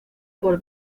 por